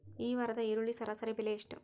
ಈ ವಾರದ ಈರುಳ್ಳಿ ಸರಾಸರಿ ಬೆಲೆ ಎಷ್ಟು?